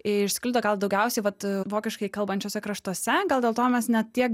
išsklido gal daugiausiai vat vokiškai kalbančiuose kraštuose gal dėl to mes ne tiek